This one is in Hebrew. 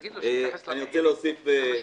איתן, תגיד לו שיתייחס למחירים, זה חשוב.